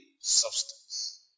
substance